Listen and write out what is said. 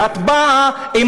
ואת באה עם